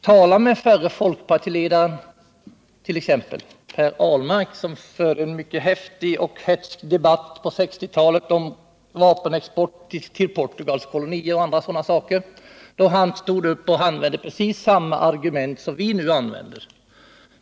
Tala t.ex. med förre folkpartiledaren, Per Ahlmark, som bl.a. förde en mycket häftig och hätsk debatt på 1960-talet om vapenexport till Portugals kolonier! Han använde då samma argument som vi använder nu.